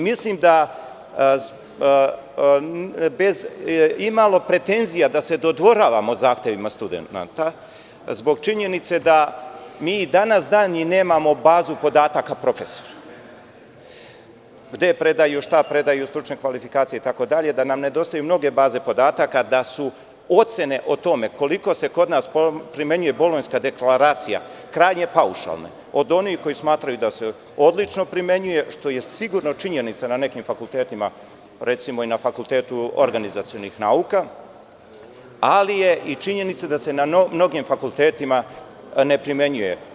Mislim da, bez imalo pretenzija da se dodvoravamo zahtevima studenata, zbog činjenice da mi ni dan danas nemamo bazu podataka profesora, gde predaju, šta predaju, stručne kvalifikacije itd, da nam nedostaju mnoge baze podataka, da su ocene o tome koliko se kod nas primenjuje Bolonjska dekleracija, krajnje paušalne, od onih koji smatraju da se odlično primenjuje, što je sigurno činjenica na nekim fakultetima, recimo i na Fakultetu organizacionih nauka, ali je i činjenica da se na mnogim fakultetima neprimenjuje.